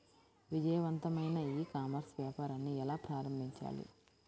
విజయవంతమైన e commerce వ్యాపారాన్ని ఎలా ప్రారంభించాలి?